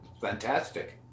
Fantastic